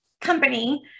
company